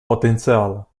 потенциала